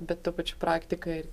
bet tuo pačiu praktiką ir